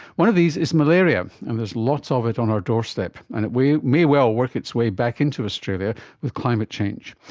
one of these is malaria, and there's lots of it on our doorstep, and it may well work its way back into australia with climate change.